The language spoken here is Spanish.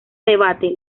debate